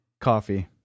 coffee